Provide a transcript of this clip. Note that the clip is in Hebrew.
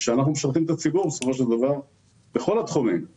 ואנחנו אלו שמשרתים את הציבור בכל התחומים בסופו של דבר .